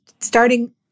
starting